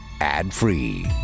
ad-free